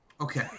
Okay